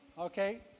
Okay